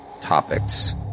topics